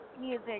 music